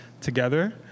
together